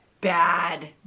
bad